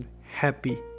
Happy